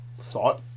thought